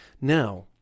Now